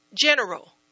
General